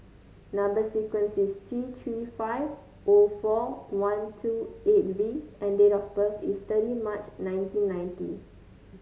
number sequence is T Three five O four one two eight V and date of birth is thirty March nineteen ninety